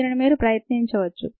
దీనిని మీరు ప్రయత్నించవచ్చు